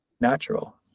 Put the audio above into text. natural